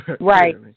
Right